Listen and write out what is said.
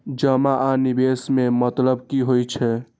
जमा आ निवेश में मतलब कि होई छै?